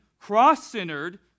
cross-centered